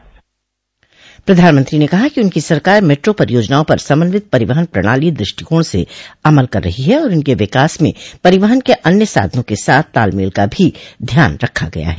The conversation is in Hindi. प्रधानमंत्री ने कहा कि उनकी सरकार मेट्रो परियोजनाओं पर समन्वित परिवहन प्रणाली दृष्टिकोण से अमल कर रही है और इनके विकास में परिवहन के अन्य साधनों के साथ तालमेल का भी ध्यान रखा गया है